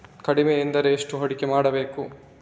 ಕಡಿಮೆ ಎಂದರೆ ಎಷ್ಟು ಹೂಡಿಕೆ ಮಾಡಬೇಕು?